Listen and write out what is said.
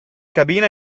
cabina